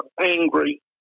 angry